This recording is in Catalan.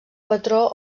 patró